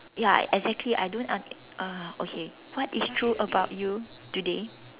ya exactly I don't under~ uh okay what is true about you today